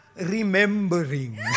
remembering